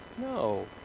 No